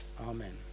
amen